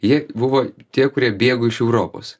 jie buvo tie kurie bėgo iš europos